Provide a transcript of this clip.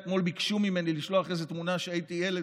אתמול ביקשו ממני לשלוח איזו תמונה כשהייתי ילד.